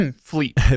fleet